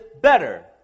better